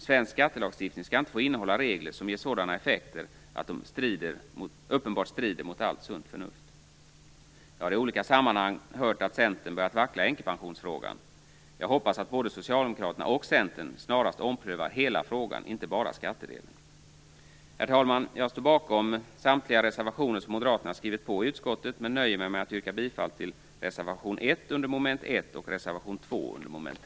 Svensk skattelagstiftning skall inte få innehålla regler som ger sådana effekter att de uppenbarligen strider mot allt sunt förnuft. Jag har i olika sammanhang hört att Centern börjat vackla i änkepensionsfrågan. Jag hoppas att både Socialdemokraterna och Centern snarast omprövar hela frågan, och inte bara skattedelen. Herr talman! Jag står bakom samtliga reservationer som Moderaterna skrivit på i utskottet, men nöjer mig med att yrka bifall till reservation 1 under mom. 1